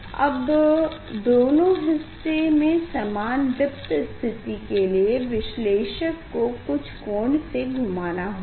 अब दोनों हिस्से में एकसमान दीप्त स्थिति के लिए विश्लेषक को कुछ कोण से घूमना होगा